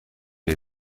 les